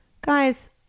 Guys